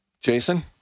Jason